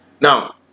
Now